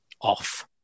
off